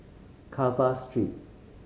Carver Street